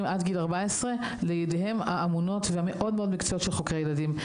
עד גיל 14 לידיהם האמונות והמאוד מקצועיות של חוקרי ילדים.